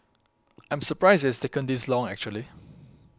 I am surprised it has taken this long actually